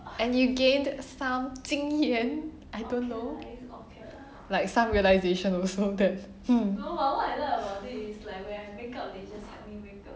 and you gained some 经验 I don't know like some realisation also that hmm